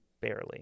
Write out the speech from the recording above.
barely